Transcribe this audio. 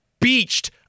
beached